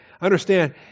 Understand